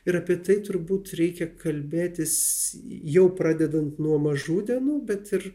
ir apie tai turbūt reikia kalbėtis jau pradedant nuo mažų dienų bet ir